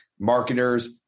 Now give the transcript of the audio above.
Marketer's